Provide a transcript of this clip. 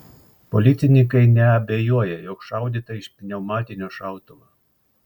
policininkai neabejoja jog šaudyta iš pneumatinio šautuvo